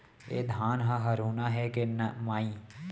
ए धान ह हरूना हे के माई?